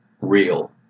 real